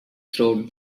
throughout